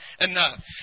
enough